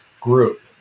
group